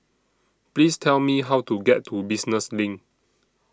Please Tell Me How to get to Business LINK